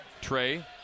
Trey